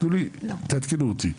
תנו לי, תעדכנו אותי.